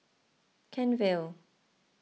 Kent Vale